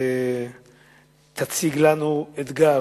שתציג לנו אתגר,